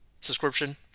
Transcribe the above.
subscription